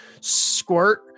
squirt